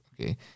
Okay